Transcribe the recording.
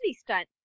stunt